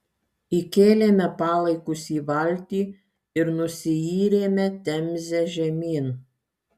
įkėlėme palaikus į valtį ir nusiyrėme temze žemyn